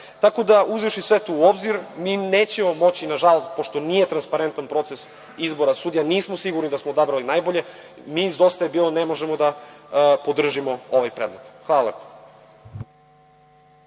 da, uzevši sve to u obzir, mi nećemo moći, nažalost, pošto nije transparentan proces izbora sudija, nismo sigurni da smo odabrali najbolje, mi iz DJB ne možemo da podržimo ovaj predlog. Hvala.